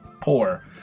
poor